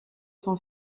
son